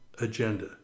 agenda